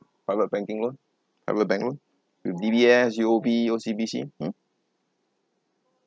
private banking loan private bank loan with D_B_S U_O_B O_C_B_C hmm